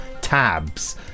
tabs